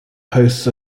hosts